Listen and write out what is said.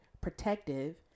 protective